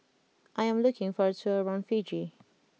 I am looking for a tour around Fiji